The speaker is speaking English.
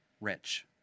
Rich